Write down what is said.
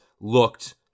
looked